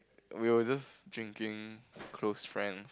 we were just drinking close friend